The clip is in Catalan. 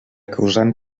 causant